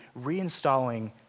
reinstalling